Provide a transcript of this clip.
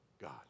God